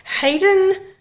Hayden